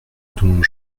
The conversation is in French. dont